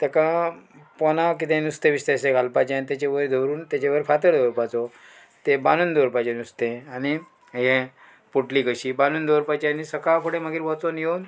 तेका पोना कितें नुस्तें बिस्तेशें घालपाचें आनी तेचे वयर धरून तेचे वयर फातर दवरपाचो तें बांदून दवरपाचें नुस्तें आनी हें पुटली कशी बांदून दवरपाचें आनी सकाळ फुडें मागीर वचोन येवन